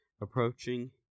approaching